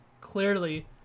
clearly